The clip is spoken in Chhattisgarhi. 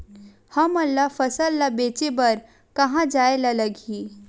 हमन ला फसल ला बेचे बर कहां जाये ला लगही?